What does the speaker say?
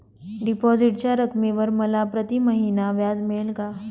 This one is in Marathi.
डिपॉझिटच्या रकमेवर मला प्रतिमहिना व्याज मिळेल का?